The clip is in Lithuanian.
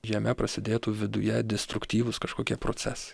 jame prasidėtų viduje destruktyvūs kažkokie procesai